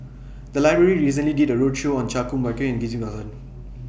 The Library recently did A roadshow on Chan Kum Wah Roy and Ghillie BaSan